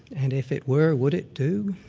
and if it were, would it do?